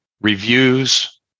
reviews